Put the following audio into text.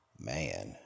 Man